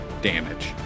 damage